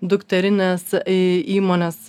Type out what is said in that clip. dukterinės įmonės